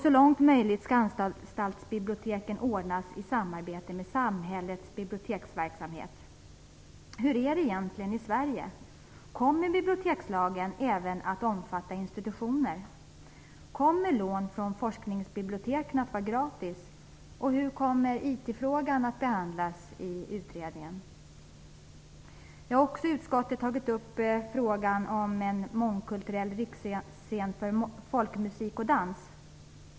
Så långt möjligt skall anstaltsbiblioteken ordnas i samarbete med samhällets biblioteksverksamhet. Hur är det egentligen i Sverige? Kommer bibliotekslagen även att omfatta institutioner? Kommer lån från forskningsbiblioteken att vara gratis? Och hur kommer IT-frågan att behandlas i utredningen? Jag har också i utskottet tagit upp frågan om en mångkulturell riksscen för folkmusik och dans.